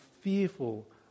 fearful